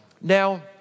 Now